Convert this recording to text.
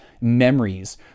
memories